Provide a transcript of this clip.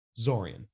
Zorian